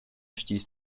stieß